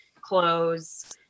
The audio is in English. clothes